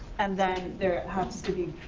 and then there has to be.